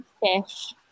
fish